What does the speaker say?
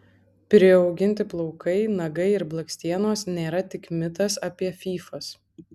priauginti plaukai nagai ir blakstienos nėra tik mitas apie fyfas